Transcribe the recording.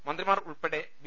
മന്ത്രിമാർ ഉൾപ്പെടെ ബി